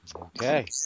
Okay